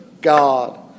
God